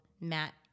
Matt